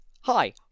hi